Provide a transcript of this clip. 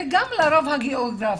וגם לרוב הגיאוגרפית,